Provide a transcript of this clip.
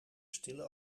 stille